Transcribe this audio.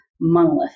monolith